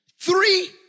Three